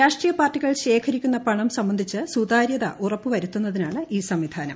രാഷ്ട്രീയ പ്പാർട്ടികൾ ശേഖരിക്കുന്ന പണം സംബന്ധിച്ച് സുതാര്യത് ഉറപ്പുവരുത്തുന്നതിനാണ് ഈ സംവിധാനം